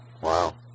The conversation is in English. Wow